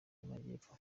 y’amajyepfo